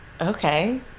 Okay